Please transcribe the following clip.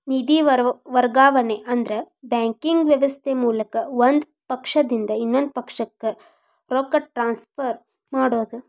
ನಿಧಿ ವರ್ಗಾವಣೆ ಅಂದ್ರ ಬ್ಯಾಂಕಿಂಗ್ ವ್ಯವಸ್ಥೆ ಮೂಲಕ ಒಂದ್ ಪಕ್ಷದಿಂದ ಇನ್ನೊಂದ್ ಪಕ್ಷಕ್ಕ ರೊಕ್ಕ ಟ್ರಾನ್ಸ್ಫರ್ ಮಾಡೋದ್